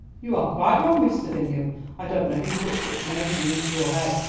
you are quite wrong, mr. bingham i don't know who put such a notion into your head,